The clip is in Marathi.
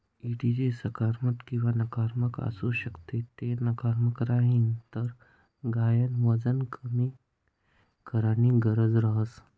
एडिजी सकारात्मक किंवा नकारात्मक आसू शकस ते नकारात्मक राहीन तर गायन वजन कमी कराणी गरज रहस